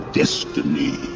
destiny